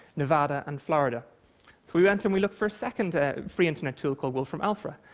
nevada and florida. so we went and we looked for a second free internet tool called wolfram alpha,